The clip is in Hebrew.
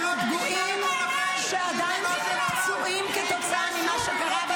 צריך שאנחנו נדאג לאותן משפחות על מנת שהן יקבלו,